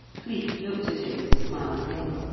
cleek looked at him and smiled again.